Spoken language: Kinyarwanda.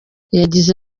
yagize